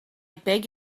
beg